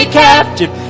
captive